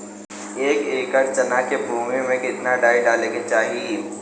एक एकड़ चना के भूमि में कितना डाई डाले के चाही?